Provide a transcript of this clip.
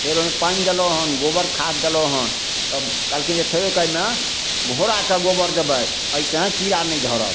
फेर ओहिमे पानि देलहुँ हँ गोबर खाद देलहुँ हँ तब कहलकैखिन जे थोड़ेक ओहिमे घोड़ाके गोबर देबै एहिसे कीड़ा नहि धरत